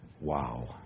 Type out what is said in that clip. wow